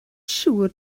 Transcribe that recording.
siŵr